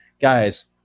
guys